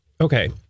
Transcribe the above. Okay